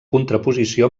contraposició